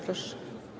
Proszę.